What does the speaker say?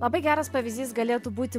labai geras pavyzdys galėtų būti